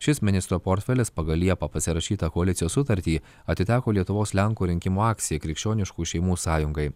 šis ministro portfelis pagal liepą pasirašytą koalicijos sutartį atiteko lietuvos lenkų rinkimų akcija krikščioniškų šeimų sąjungai